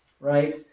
right